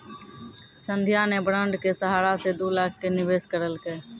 संध्या ने बॉण्ड के सहारा से दू लाख के निवेश करलकै